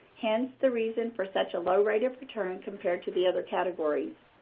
hence the reason for such a low rate of return compared to the other categories.